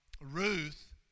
Ruth